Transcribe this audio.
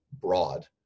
broad